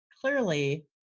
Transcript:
clearly